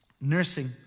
nursing